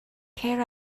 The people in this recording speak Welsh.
cer